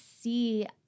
see